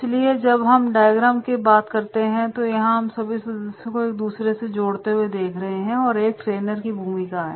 इसलिए जब हम डायग्राम की बात करते हैं तो यहां हम सभी सदस्यों को एक दूसरे से जोड़ते हैं और यह एक ट्रेनर कि भूमिका है